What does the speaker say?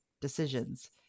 decisions